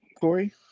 Corey